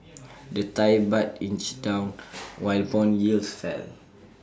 the Thai Baht inched down while Bond yields fell